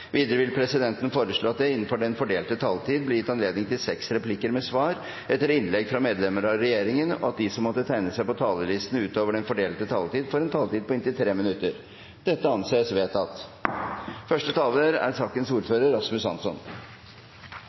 Videre vil presidenten foreslå at det blir gitt anledning til seks replikker med svar etter innlegg fra medlemmer av regjeringen innenfor den fordelte taletid, og at de som måtte tegne seg på talerlisten utover den fordelte taletid, får en taletid på inntil 3 minutter. – Det anses vedtatt.